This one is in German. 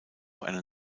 eine